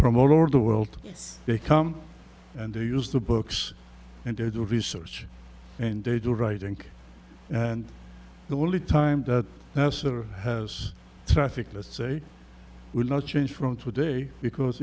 over the world they come and they use the books and they do research and they do writing and the only time that nasser has traffic let's say will not change from today because